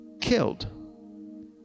killed